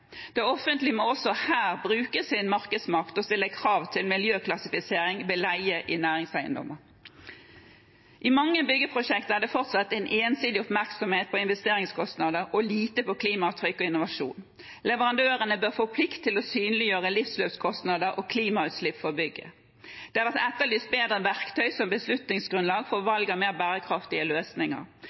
Det offentlige må også her bruke sin markedsmakt og stille krav til miljøklassifisering ved leie av næringseiendommer. I mange byggeprosjekter er det fortsatt en ensidig oppmerksomhet på investeringskostnader og lite på klimaavtrykk og innovasjon. Leverandørene bør få plikt til å synliggjøre livsløpskostnader og klimautslipp for bygget. Det har vært etterlyst bedre verktøy som beslutningsgrunnlag for valg av mer bærekraftige løsninger.